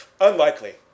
Unlikely